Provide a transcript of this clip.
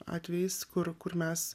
atvejis kur kur mes